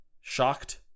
shocked